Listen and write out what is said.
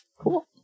cool